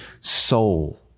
soul